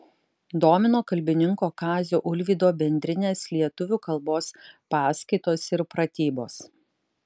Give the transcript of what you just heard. domino kalbininko kazio ulvydo bendrinės lietuvių kalbos paskaitos ir pratybos